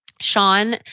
Sean